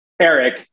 Eric